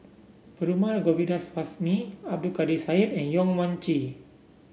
Perumal Govindaswamy Abdul Kadir Syed and Yong Mun Chee